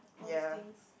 ya